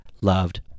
loved